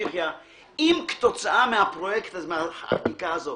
אם כתוצאה מהחקיקה הזאת